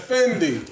Fendi